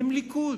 הם ליכוד.